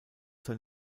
sein